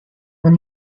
were